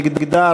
נגדה,